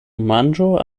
manĝon